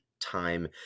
time